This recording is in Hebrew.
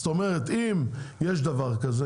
זאת אומרת אם יש דבר כזה,